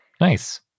Nice